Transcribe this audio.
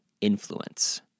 Influence